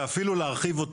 ואפילו להרחיב אותו,